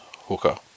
hooker